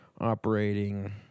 operating